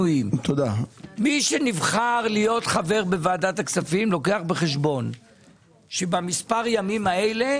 מי שנבחר להיות חבר בוועדת הכספים לוקח בחשבון שבמספר הימים האלה